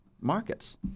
markets